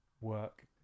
work